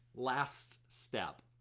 last step,